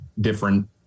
different